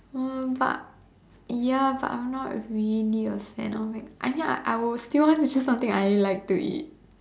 uh but ya but I'm not really a fan of it I think I I will still want to choose something I like to eat